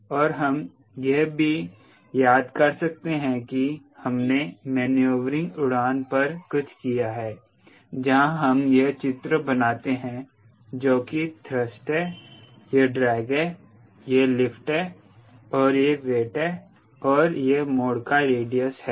और हम यह भी याद कर सकते हैं कि हमने मैन्यूवरिंग उड़ान पर कुछ किया है जहां हम यह चित्र बनाते हैं जो कि थ्रस्ट है यह ड्रैग है यह लिफ्ट है और यह वेट है और यह मोड़ का रेडियस है